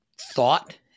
thought